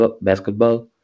basketball